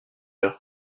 heure